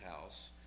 house